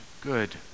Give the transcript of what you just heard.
good